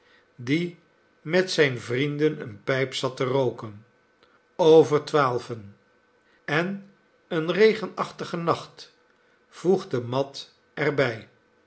die met zijne vrienden eene pijp zat te rooken over twaalven en een regenachtige nacht voegde mat er